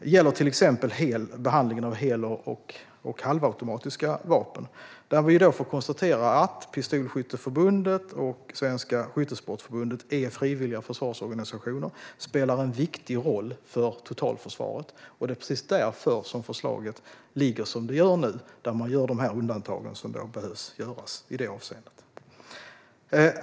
Det gäller till exempel behandlingen av hel och halvautomatiska vapen, där man konstaterar att Pistolskytteförbundet och Svenska Skyttesportförbundet är frivilliga försvarsorganisationer och spelar en viktig roll för totalförsvaret. Det är precis därför som förslaget ser ut som det gör nu, inklusive de undantag som behöver göras i detta avseende.